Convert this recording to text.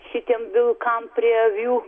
šitiem vilkam prie jų